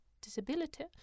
disability